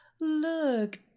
look